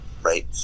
right